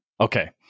Okay